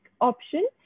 option